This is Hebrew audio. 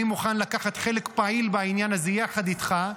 אני מוכן לקחת חלק פעיל בעניין הזה יחד איתך,